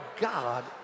god